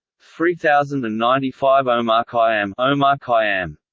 three thousand and ninety five omarkhayyam omarkhayyam